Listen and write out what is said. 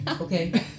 Okay